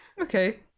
Okay